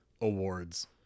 awards